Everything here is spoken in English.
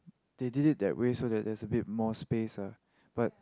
they did it that way so that there's a bit more space ah but